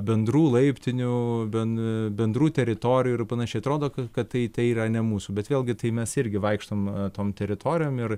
bendrų laiptinių ben bendrų teritorijų ir panašiai atrodo kad kad tai tai yra ne mūsų bet vėlgi tai mes irgi vaikštom tom teritorijom ir